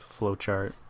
flowchart